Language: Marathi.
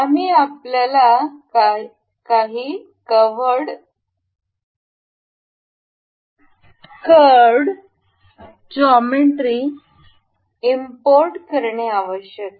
आणि आपल्याला काही कव्हर्ड जॉमेट्री इम्पोर्ट करणे आवश्यक आहे